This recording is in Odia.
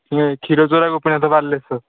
ସେ କ୍ଷୀରଚୋରାଗୋପୀନାଥ ବାଲେଶ୍ୱର